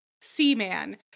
seaman